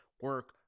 Work